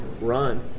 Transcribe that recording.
run